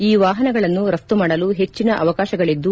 ಈ ವಾಹನಗಳನ್ನು ರಫ್ತು ಮಾಡಲು ಹೆಚ್ಚಿನ ಅವಕಾಶಗಳದ್ದು